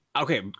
okay